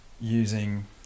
using